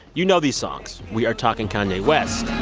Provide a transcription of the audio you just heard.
you know these songs. we are talking kanye west